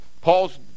Paul's